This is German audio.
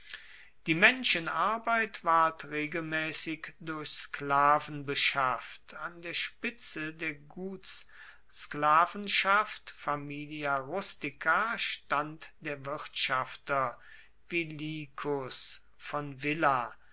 die menschenarbeit ward regelmaessig durch sklaven beschafft an der spitze der gutssklavenschaft familia rustica stand der wirtschafter vilicus von